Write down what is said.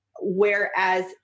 Whereas